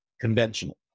conventional